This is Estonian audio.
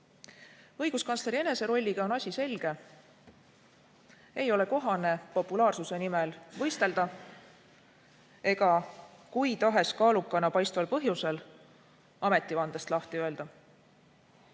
Õiguskantsleri enese rolliga on asi selge. Ei ole kohane populaarsuse nimel võistelda ega kui tahes kaalukana paistval põhjusel ametivandest lahti öelda.